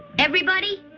everybody,